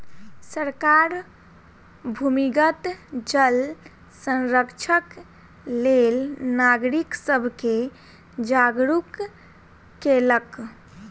सरकार भूमिगत जल संरक्षणक लेल नागरिक सब के जागरूक केलक